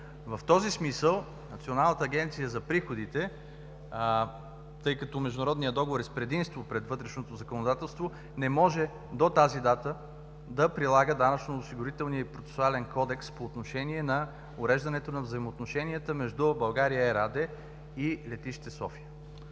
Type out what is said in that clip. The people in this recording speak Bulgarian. В този смисъл Националната агенция за приходите, тъй като Международният договор е с предимство пред вътрешното законодателство, не може до тази дата да прилага Данъчно осигурителния процесуален кодекс по отношение на уреждането на взаимоотношенията между „България Ер“ АД и летище София.